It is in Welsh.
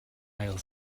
ail